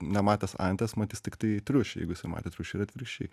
nematęs anties matys tiktai triušį jeigu jisai matė triušį triušiai